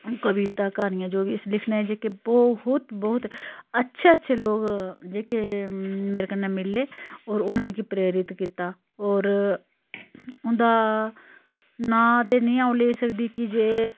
कविता क्हानियां जो बी अस लिखने जेहके बहुत बहुत अच्छे अच्छे लोक जेह्के मेरे कन्नै मिले होर उनें मिकी प्रेरित कीता होर उंदा नांऽ ते नी आ'ऊं लेई सकदी कीजे